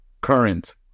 current